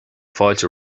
fáilte